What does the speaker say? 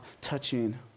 touching